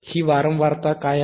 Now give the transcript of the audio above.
ही वारंवारता काय आहे